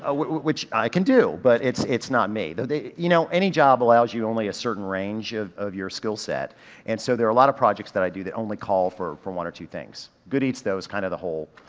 ah which which i can do, but it's, it's not me. they, you know any job allows you only a certain range of of your skill set and so there are a lot of projects that i do that only call for for one or two things. good eats though is kind of the whole,